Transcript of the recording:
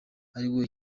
ariko